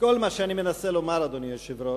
אדוני היושב-ראש,